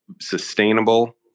sustainable